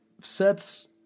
sets